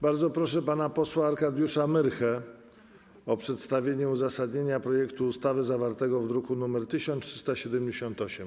Bardzo proszę pana posła Arkadiusza Myrchę o przedstawienie uzasadnienia projektu ustawy zawartego w druku nr 1378.